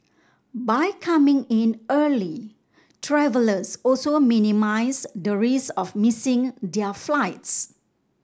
by coming in early travellers also minimise the risk of missing their flights